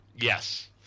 Yes